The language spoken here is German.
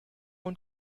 und